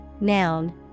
noun